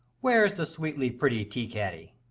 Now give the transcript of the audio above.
where's the sweetly pretty tea-caddy?